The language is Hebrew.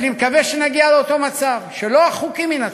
ואני מקווה שנגיע לאותו מצב, שלא החוקים ינצחו,